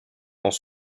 dans